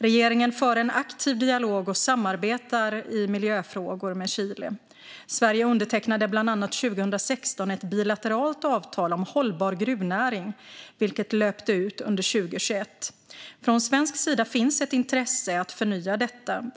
Regeringen för en aktiv dialog och samarbetar i miljöfrågor med Chile. Sverige undertecknade bland annat 2016 ett bilateralt avtal om hållbar gruvnäring. Detta löpte ut under 2021. Från svensk sida finns ett intresse att förnya detta.